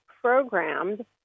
programmed